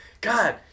God